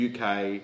UK